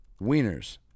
wieners